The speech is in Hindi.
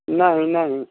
नहीं नहीं